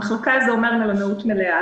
מחלקה זה אומר מהות מלאה.